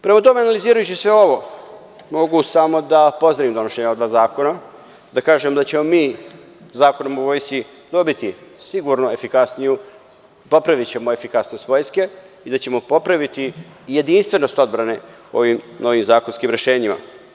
Prema tome, analizirajući sve ovo, mogu samo da pozdravim donošenje ova dva zakona, da kažem da ćemo mi Zakonom o Vojsci sigurno popraviti efikasnost vojske i da ćemo popraviti jedinstvenost odbrane ovim novim zakonskim rešenjima.